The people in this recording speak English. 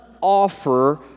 offer